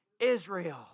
Israel